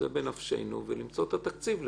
זה בנפשנו, ולמצוא את התקציב לזה.